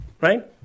right